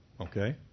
Okay